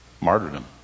martyrdom